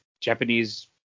Japanese